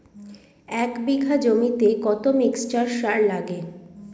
এক বিঘা জমিতে কতটা মিক্সচার সার লাগে?